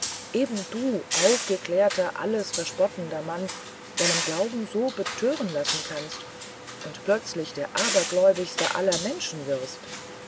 eben du aufgeklärter alles verspottender mann deinen glauben so betören lassen kannst und plötzlich der abergläubigste aller menschen wirst